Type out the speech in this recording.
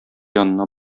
янына